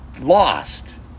lost